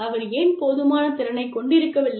அவர் ஏன் போதுமான திறனைக் கொண்டிருக்கவில்லை